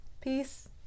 peace